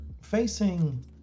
facing